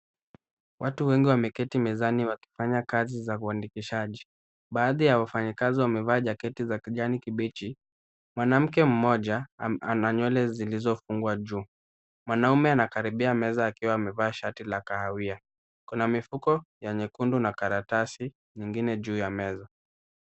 Watu wengi wameketi mezani wakifanya kazi za uandikishaji. Baadhi ya wafanyakazi wamevaa jaketi za kijani kibichi. Mwanamke mmoja ana nywele zilizofungwa juu. Mwanaume anakaribia meza akiwa amevaa shati la kahawia. Kuna mifuko ya nyekundu na karatasi nyingine juu ya meza.